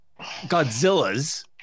Godzilla's